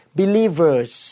believers